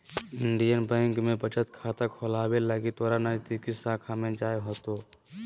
Indian Bank में बचत खाता खोलावे लगी तोरा नजदीकी शाखा में जाय होतो